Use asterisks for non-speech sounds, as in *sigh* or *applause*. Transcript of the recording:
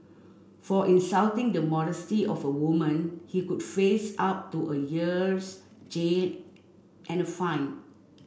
for insulting the modesty of a woman he could face up to a year's *unintelligible* and fine